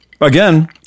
Again